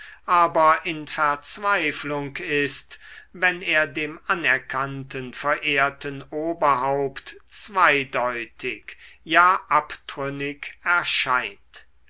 aber in verzweiflung ist wenn er dem anerkannten verehrten oberhaupt zweideutig ja abtrünnig erscheint